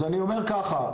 אז אני אומר ככה,